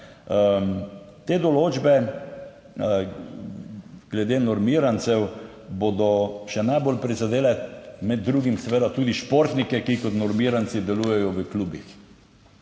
Te določbe, glede normirancev bodo še najbolj prizadele med drugim seveda tudi športnike, ki kot normiranci delujejo v klubih.